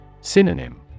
Synonym